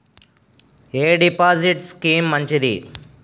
ఎ deposit scheme మంచిది?